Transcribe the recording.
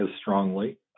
strongly